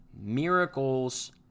miracles